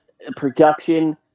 Production